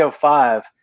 five